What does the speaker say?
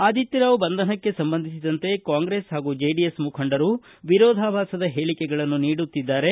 ಆದಿತ್ವರಾವ್ ಬಂಧನಕ್ಕೆ ಸಂಬಂಧಿಸಿದಂತೆ ಕಾಂಗ್ರೆಸ್ ಹಾಗೂ ಜೆಡಿಎಸ್ ಮುಖಂಡರು ವಿರೋಧಾಭಾಸದ ಹೇಳಿಕೆಗಳನ್ನು ನೀಡುತ್ತಿದ್ದಾರೆ